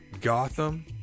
Gotham